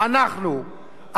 אנחנו,